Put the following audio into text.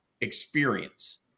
experience